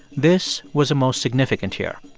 this was a most significant year.